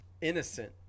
innocent